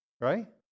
right